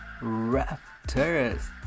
Raptors